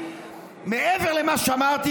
מעבר למה שאמרתי,